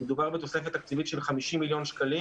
מדובר בתוספת תקציבית של 50 מיליון שקלים.